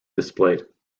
displayed